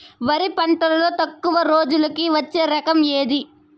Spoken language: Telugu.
వరి పంటలో తక్కువ రోజులకి వచ్చే రకం ఏది?